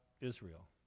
Israel